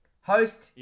Host